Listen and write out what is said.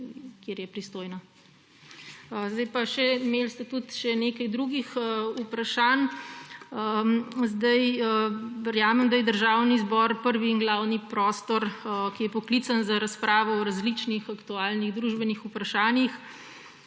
kjer je pristojna. Imeli ste še nekaj drugih vprašanj. Verjamem, da je Državni zbor prvi in glavni prostor, ki je poklican za razpravo o različnih aktualnih družbenih vprašanjih,